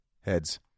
Heads